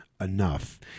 enough